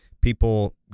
people